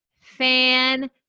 fan